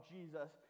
Jesus